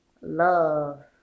love